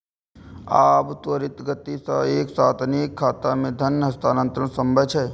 आब त्वरित गति सं एक साथ अनेक खाता मे धन हस्तांतरण संभव छै